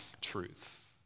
truth